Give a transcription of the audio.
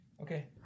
Okay